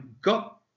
got